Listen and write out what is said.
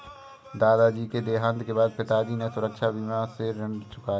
दादाजी के देहांत के बाद पिताजी ने सुरक्षा बीमा से ऋण चुकाया